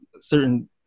certain